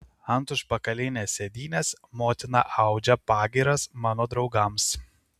ant užpakalinės sėdynės motina audžia pagyras mano draugams